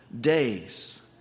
days